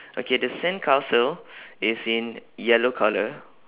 okay the sandcastle is in yellow colour